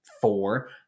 four